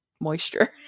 moisture